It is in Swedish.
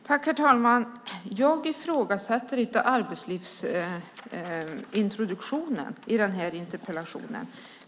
Herr talman! Jag ifrågasätter inte arbetslivsintroduktionen i den här interpellationen.